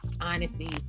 honesty